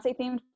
themed